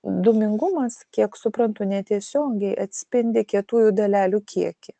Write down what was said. dūmingumas kiek suprantu netiesiogiai atspindi kietųjų dalelių kiekį